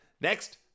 Next